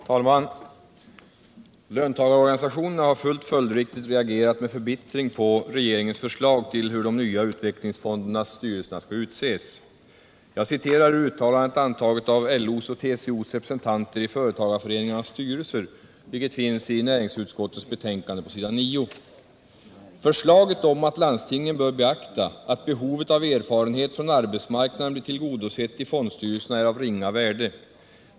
Herr talman! Löntagarorganisationerna har fullt följdriktigt reagerat med förbittring på regeringens förslag om hur de nya utvecklingsfondernas styrelser skall utses. Jag citerar ur uttalandet antaget av LO:s och TCO:s representanter i företagarföreningarnas styrelser, vilket finns i näringsutskottets betänkande på s. 9: ”Förslaget om att landstingen bör beakta att behovet av erfarenhet från arbetsmarknaden blir tillgodosett i fondstyrelserna är av ringa värde.